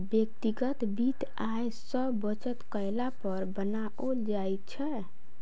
व्यक्तिगत वित्त आय सॅ बचत कयला पर बनाओल जाइत छै